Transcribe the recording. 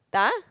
[huh]